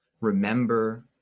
Remember